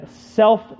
self